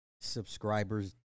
subscribers